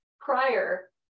prior